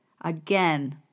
Again